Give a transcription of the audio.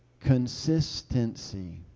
Consistency